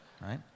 Right